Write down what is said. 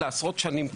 לעשרות שנים קדימה,